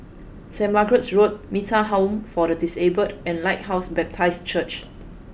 St Margaret's Road Metta Home for the Disabled and Lighthouse Baptist Church